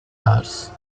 hours